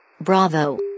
bravo